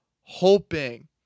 hoping